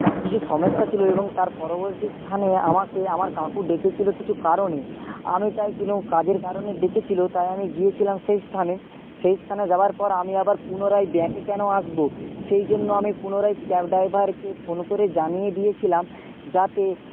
একটা কিছু সমস্যা ছিলো এবং তার পরবর্তী স্থানে আমাকে আমার কাকু ডেকেছিলো কিছু কারণে আমি তাই কোনো কাজের কারণে ডেকেছিলো তাই আমি গিয়েছিলাম সেই স্থানে সেই স্থানে যাওয়ার পর আমি আবার পুনরায় ব্যাকে কেন আসব সেই জন্য আমি পুনরায় ক্যাব ডাইভারকে ফোন করে জানিয়ে দিয়েছিলাম যাতে